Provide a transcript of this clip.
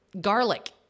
garlic